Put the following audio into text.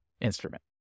instrument